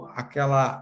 aquela